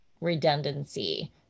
redundancy